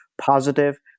positive